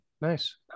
Nice